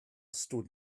stood